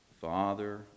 father